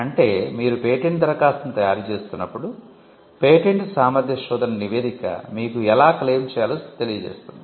అంటే మీరు పేటెంట్ దరఖాస్తును తయారు చేస్తున్నప్పుడు పేటెంట్ సామర్థ్య శోధన నివేదిక మీకు ఎలా క్లెయిమ్ చేయాలో తెలియజేస్తుంది